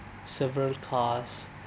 several cars